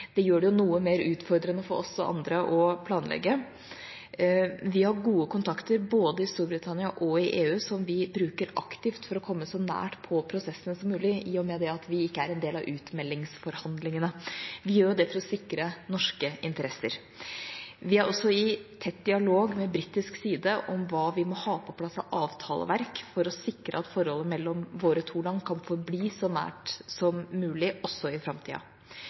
Det gjør det noe mer utfordrende for oss og andre å planlegge. Vi har gode kontakter, både i Storbritannia og i EU, som vi bruker aktivt for å komme så nært på prosessene som mulig, i og med at vi ikke er en del av utmeldingsforhandlingene. Vi gjør det for å sikre norske interesser. Vi er også i tett dialog med britisk side om hva vi må ha på plass av avtaleverk for å sikre at forholdet mellom våre to land kan forbli så nært som mulig også i framtida.